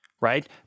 right